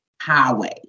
highway